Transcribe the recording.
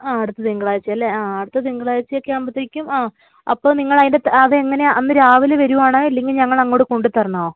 ആ അടുത്ത തിങ്കളാഴ്ചയല്ലേ ആ അടുത്ത തിങ്കളാഴ്ചയൊക്കെ ആകുമ്പോഴത്തേക്കും അ അപ്പോള് നിങ്ങളതിന്റെ അത് എങ്ങനെയാണ് അന്ന് രാവിലെ വരികയാണോ ഇല്ലെങ്കില് ഞങ്ങളങ്ങോട്ട് കൊണ്ടുത്തരണമോ